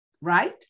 right